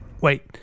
Wait